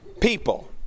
people